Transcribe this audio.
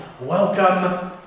welcome